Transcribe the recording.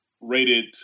rated